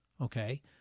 okay